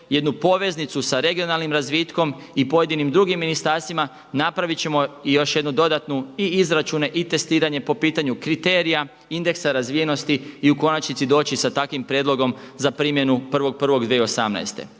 jednu poveznicu sa regionalnim razvitkom i pojedinim drugim ministarstvima napravit ćemo i još jednu dodatnu i izračune i testiranje po pitanju kriterija, indeksa razvijenosti i u konačnici doći sa takvim prijedlogom za primjenu 1.1.2018.